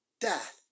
death